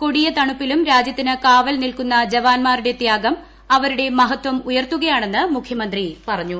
കൊടിയ തണുപ്പിലും രാജ്യത്തിന് കാവൽ നിൽക്കുന്ന ജവാന്മാരുടെ തൃാഗം അവരുടെ മഹത്വം ഉയർത്തുകയാണെന്ന് മുഖ്യമന്ത്രി പറഞ്ഞു